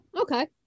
Okay